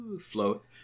float